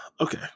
Okay